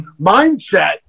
mindset